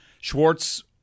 Schwartz